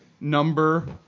number